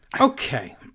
Okay